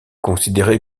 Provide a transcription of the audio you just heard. considéré